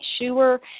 sure